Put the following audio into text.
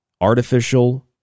Artificial